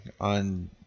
on